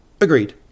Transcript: Agreed